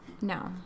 No